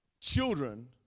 children